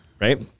right